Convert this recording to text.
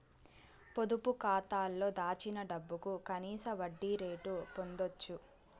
పొదుపు కాతాలో దాచిన డబ్బుకు కనీస వడ్డీ రేటు పొందచ్చు